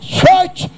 church